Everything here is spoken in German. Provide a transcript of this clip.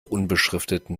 unbeschrifteten